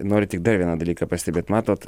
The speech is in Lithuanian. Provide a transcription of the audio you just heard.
noriu tik dar vieną dalyką pastebėt matot